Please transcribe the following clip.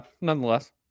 nonetheless